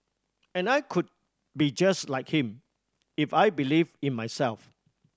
and I could be just like him if I believed in myself